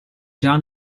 già